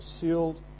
sealed